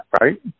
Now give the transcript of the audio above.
right